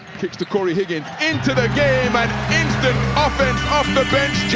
kicks to cory higgins, into the game and instant offense off the bench,